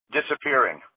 Disappearing